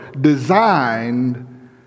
designed